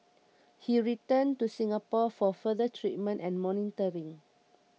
he returned to Singapore for further treatment and monitoring